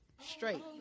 straight